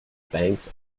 banks